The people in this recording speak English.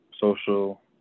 social